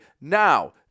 Now